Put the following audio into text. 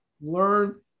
Learn